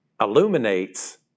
illuminates